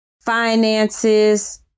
finances